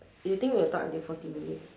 you think we'll talk until forty minute